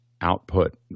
output